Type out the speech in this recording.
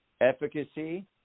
efficacy